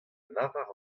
lavar